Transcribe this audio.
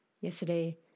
Yesterday